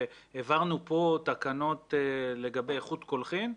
והעברנו כאן תקנות לגבי איכות קולחים,